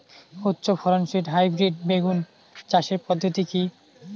উচ্চ ফলনশীল হাইব্রিড বেগুন চাষের পদ্ধতি কী?